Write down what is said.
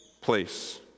place